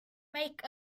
make